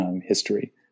history